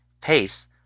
PACE